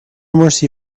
mercy